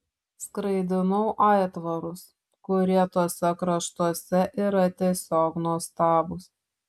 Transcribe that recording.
skraidinau aitvarus kurie tuose kraštuose yra tiesiog nuostabūs